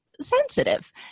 sensitive